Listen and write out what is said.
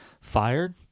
fired